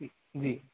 जी